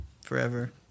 forever